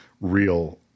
real